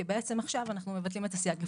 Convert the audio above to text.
כי בעצם עכשיו אנחנו מבטלים את הסייג לפטור.